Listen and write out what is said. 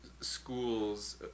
schools